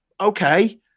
okay